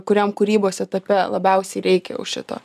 kuriam kūrybos etape labiausiai reikia jau šito